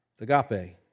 Agape